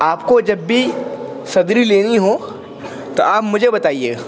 آپ کو جب بھی صدری لینی ہو تو آپ مجھے بتائیے گا